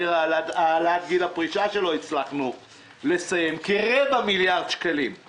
את העלאת גיל הפרישה כרבע מיליארד שקלים;